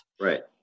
Right